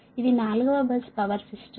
ఇది 4 వ bus power system